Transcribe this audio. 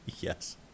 yes